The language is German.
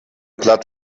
platt